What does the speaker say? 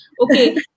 okay